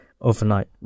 overnight